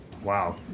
Wow